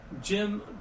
Jim